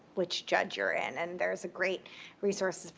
which judge you're in. and there's a great resource,